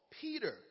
Peter